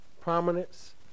prominence